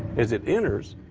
as it enters,